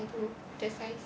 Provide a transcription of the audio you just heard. that's why the size